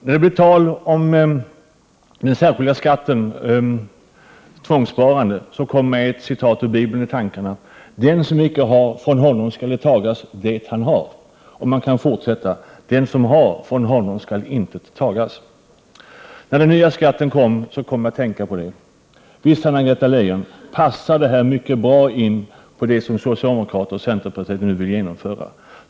När förslaget om den särskilda skatten i form av tvångssparande kom fick jag några ord ur Bibeln i tankarna: Den som icke har, från honom skall tagas det han har. Det går att fortsätta: Den som har, från honom skall intet tagas. Detta passar, Anna-Greta Leijon, mycket bra in på det som socialdemokraterna och centerpartiet nu vill genomföra.